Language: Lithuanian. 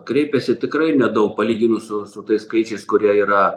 kreipiasi tikrai nedaug palyginus su tais skaičiais kurie yra